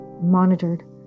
monitored